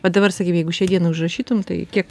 o dabar sakykim jeigu šiai dienai užrašytum tai kiek